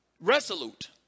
resolute